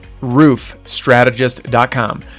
roofstrategist.com